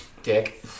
dick